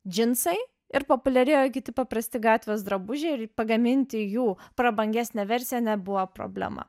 džinsai ir populiarėjo kiti paprasti gatvės drabužiai ir pagaminti jų prabangesnę versiją nebuvo problema